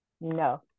No